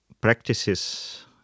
practices